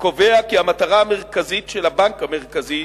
הקובע כי המטרה המרכזית של הבנק המרכזי